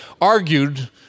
argued